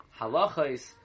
Halachos